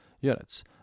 units